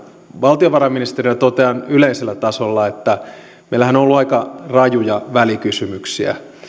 valtiovarainministerinä totean yleisellä tasolla että meillähän on ollut aika rajuja välikysymyksiä